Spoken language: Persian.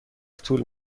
طول